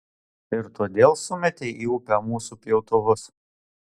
ir todėl sumėtei į upę mūsų pjautuvus